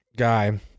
guy